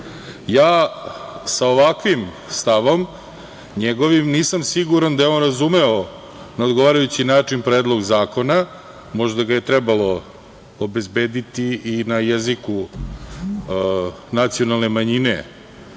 sa ovakvim stavom njegovim, nisam siguran da je on razumeo na odgovarajući način Predlog zakona, možda ga je trebalo obezbediti i na jeziku nacionalne manjine,